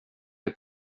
det